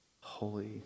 holy